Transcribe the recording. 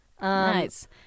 Nice